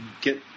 get